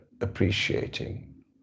appreciating